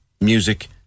music